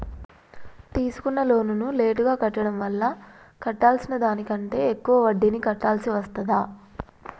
తీసుకున్న లోనును లేటుగా కట్టడం వల్ల కట్టాల్సిన దానికంటే ఎక్కువ వడ్డీని కట్టాల్సి వస్తదా?